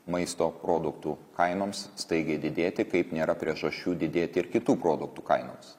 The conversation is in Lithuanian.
maisto produktų kainoms staigiai didėti kaip nėra priežasčių didėti ir kitų produktų kainoms